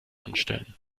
anstellen